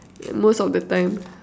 most of the time